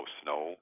snow